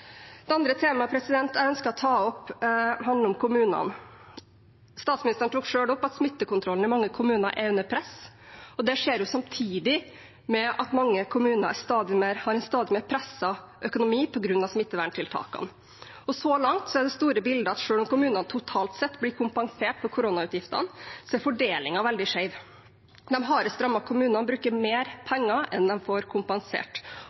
Det andre temaet jeg ønsker å ta opp, handler om kommunene. Statsministeren tok selv opp at smittekontrollen i mange kommuner er under press. Det skjer samtidig med at mange kommuner har en stadig mer presset økonomi på grunn av smitteverntiltakene, og så langt er det store bildet at selv om kommunene totalt sett blir kompensert for koronautgiftene, er fordelingen veldig skjev. De hardest rammede kommunene bruker mer penger enn de får kompensert,